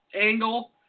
angle